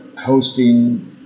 hosting